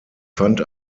fand